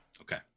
Okay